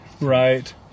right